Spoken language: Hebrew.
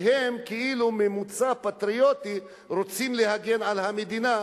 והם כאילו ממוצא פטריוטי רוצים להגן על המדינה,